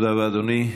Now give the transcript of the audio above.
תודה רבה, אדוני.